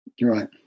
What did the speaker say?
Right